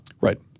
Right